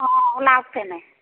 অঁ ওলাওক তেনে